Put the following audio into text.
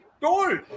told